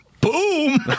Boom